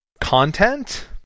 content